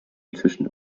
inzwischen